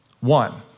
one